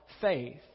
faith